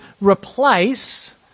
replace